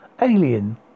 Alien